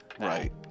Right